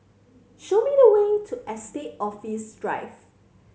show me the way to Estate Office Drive